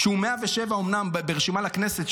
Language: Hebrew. שהוא אומנם 107 ברשימה לכנסת,